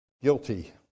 guilty